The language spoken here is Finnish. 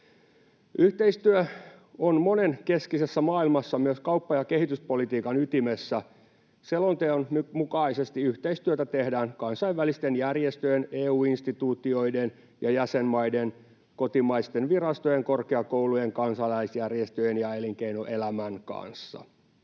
Yhteistyö on monenkeskisessä maailmassa myös kauppa- ja kehityspolitiikan ytimessä. Selonteon mukaisesti yhteistyötä tehdään kansainvälisten järjestöjen, EU-instituutioiden ja -jäsenmaiden, kotimaisten virastojen, korkeakoulujen, kansalaisjärjestöjen ja elinkeinoelämän kanssa.